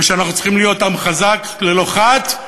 ושאנחנו צריכים להיות עם חזק ללא חת,